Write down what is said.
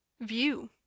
view